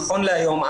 נכון להיום,